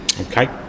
Okay